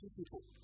people